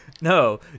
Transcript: No